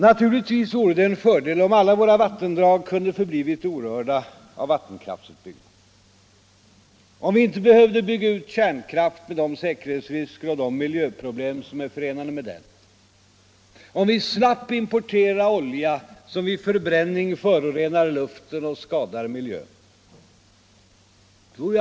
Naturligtvis vore det en fördel om alla våra vattendrag kunde ha förblivit orörda av vattenkraftsutbyggnaden, om vi inte behövde bygga ut kärnkraft med de säkerhetsrisker och de miljöproblem som är förenade med den och om vi slapp importera olja, som vid förbränning förorenar luften och skadar miljön.